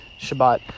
Shabbat